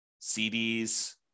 CDs